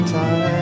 time